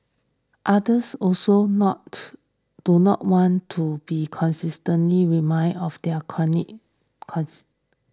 others also not do not want to be constantly reminded of their chronic cons